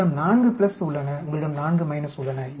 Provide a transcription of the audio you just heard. உங்களிடம் 4 உள்ளன உங்களிடம் 4 உள்ளன